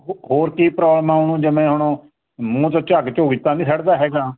ਹੋਰ ਕੀ ਪ੍ਰੋਬਲਮ ਆ ਉਹਨੂੰ ਜਿਵੇਂ ਹੁਣ ਮੂੰਹ ਤੋਂ ਝੱਗ ਝੁਗ ਤਾਂ ਨੀ ਛੱਡਦਾ ਹੈਗਾ